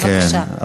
בבקשה.